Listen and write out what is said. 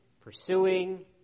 pursuing